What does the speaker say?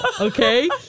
Okay